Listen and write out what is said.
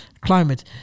Climate